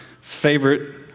favorite